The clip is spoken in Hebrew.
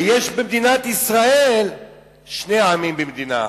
ובמדינת ישראל יש שני עמים במדינה אחת.